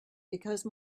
because